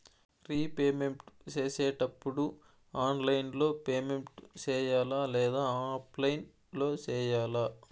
repayment సేసేటప్పుడు online లో payment సేయాలా లేదా ఆఫ్లైన్ లో సేయాలా